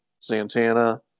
Santana